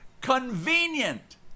convenient